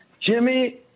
Jimmy